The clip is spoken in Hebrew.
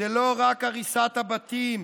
זה לא רק הריסת הבתים,